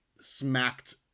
smacked